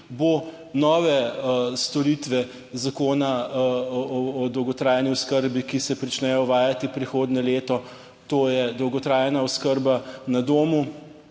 bo nove storitve Zakona o dolgotrajni oskrbi, ki se prične uvajati prihodnje leto, to je dolgotrajna oskrba na domu